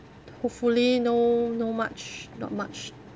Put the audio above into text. hopefully no no much not much